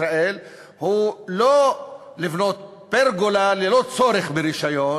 ישראל הוא לא לבנות פרגולה ללא צורך ברישיון